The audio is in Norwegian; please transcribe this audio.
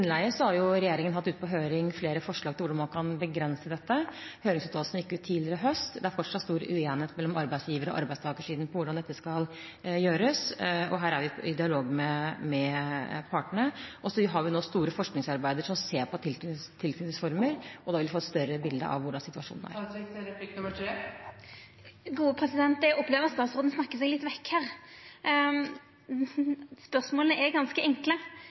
har regjeringen hatt ute på høring flere forslag til hvordan man kan begrense dette. Høringsuttalelsene gikk ut tidligere i høst. Det er fortsatt stor uenighet mellom arbeidsgiver- og arbeidstakersiden om hvordan dette skal gjøres, og her er vi i dialog med partene. Det foregår nå store forskningsarbeider der man ser på tilknytningsformer, og vi vil få et større bilde av hvordan situasjonen er. Eg opplever at statsråden snakkar seg litt vekk her. Spørsmåla er ganske enkle: